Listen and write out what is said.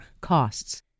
costs